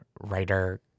writer